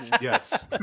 yes